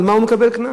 על מה הוא מקבל קנס?